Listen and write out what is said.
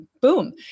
boom